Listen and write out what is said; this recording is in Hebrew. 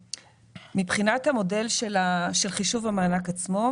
מבחינת המודל של חישוב המענק עצמו.